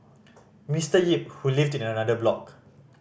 Mister Yip who lived in another block